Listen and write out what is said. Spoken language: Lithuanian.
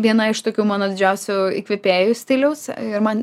viena iš tokių mano didžiausių įkvėpėjų stiliaus ir man